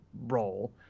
role